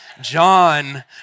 John